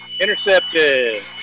Intercepted